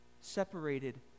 separated